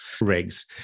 rigs